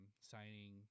signing